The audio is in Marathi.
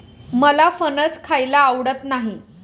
मला फणस खायला आवडत नाही